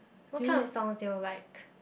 what kind of songs do you like